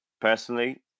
personally